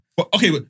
Okay